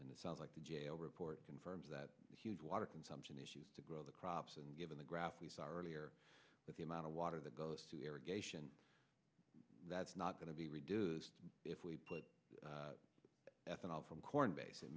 and it sounds like the jail report confirms that huge water consumption issues to grow the crops and given the graph these are earlier but the amount of water that goes to air again that's not going to be reduced if we put ethanol from corn base i